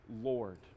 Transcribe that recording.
Lord